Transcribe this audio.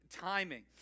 Timing